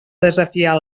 desafiar